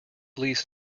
least